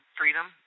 freedom